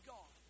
God